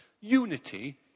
Unity